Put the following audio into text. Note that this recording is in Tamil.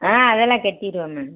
ஆ அதெல்லாம் கட்டிருவேன் மேடம்